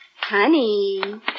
Honey